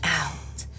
out